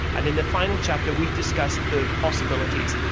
and in the final chapter we discuss the possibilities.